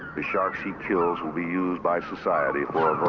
the sharks he kills will be used by society for